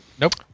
Nope